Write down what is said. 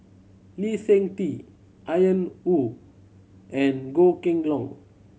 Lee Seng Tee Ian Woo and Goh Kheng Long